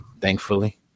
thankfully